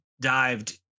dived